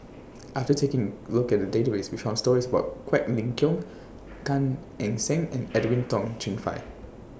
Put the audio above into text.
after taking Look At The Database We found stories about Quek Ling Kiong Gan Eng Seng and Edwin Tong Chun Fai